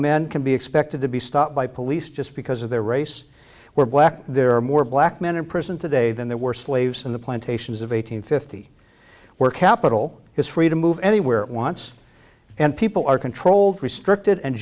men can be expected to be stopped by police just because of their race were black there are more black men in prison today than there were slaves in the plantations of eight hundred fifty where capital is free to move anywhere it wants and people are controlled restricted and